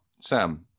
Sam